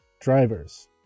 drivers